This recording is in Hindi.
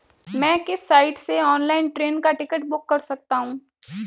मैं किस साइट से ऑनलाइन ट्रेन का टिकट बुक कर सकता हूँ?